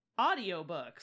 Audiobooks